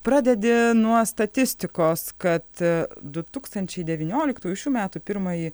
pradedi nuo statistikos kad du tūkstančiai devynioliktųjų šių metų pirmąjį